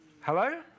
Hello